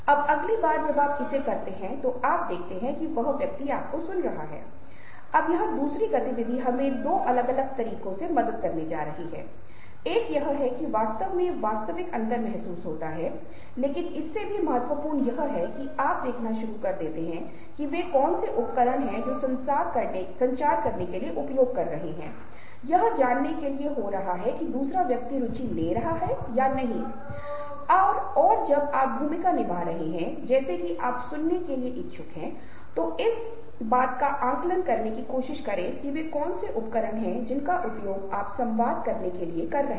अब एक सामाजिक स्थान में जैसा कि मैंने आपको पूर्व कक्षा में बताया था हमे कई बार झूठ बोलने की आवश्यकता हो जाती है आपके पास एक अतिथि है और आप ऊब रहे हैं क्योंकि वह वहां पर आपकी अवधि से अधिक है और आप उसे जाने के लिए लेय के लिए नहीं कह सकते हैं इसलिए आप कृत्रिम मुस्कुराहट दे रहे हैं वह जो कुछ भी बता रहे हैं आप उसे दिलचस्प दिखाने की कोशिश कर रहे हैं अब ये सफेद झूठ का उदाहरण हैं